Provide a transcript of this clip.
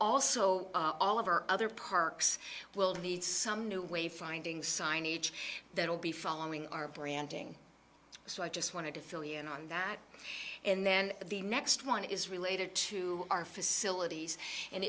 also all of our other parks will need some new way finding signage that will be following our branding so i just want to fillion on that and then the next one is related to our facilities and